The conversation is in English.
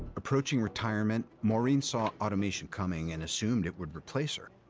approaching retirement, maureen saw automation coming, and assumed it would replace her.